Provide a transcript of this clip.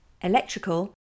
Electrical